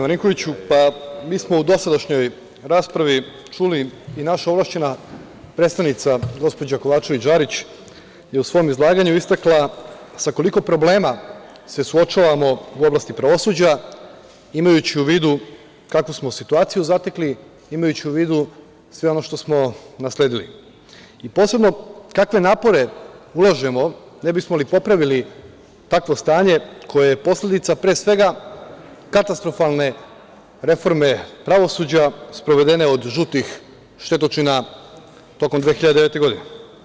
Mi smo u dosadašnjoj raspravi čuli i naša ovlašćena predstavnica, gospođa Kovačević Žarić je u svom izlaganju istakla sa koliko problema se suočavamo u oblasti pravosuđa, imajući u vidu kakvu smo situaciju zatekli, imajući u vidu sve ono što smo nasledili i posebno kakve napore ulažemo ne bismo li popravili takvo stanje koje je posledica, pre svega, katastrofalne reforme pravosuđa sprovedene od žutih štetočina tokom 2009. godine.